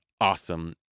awesome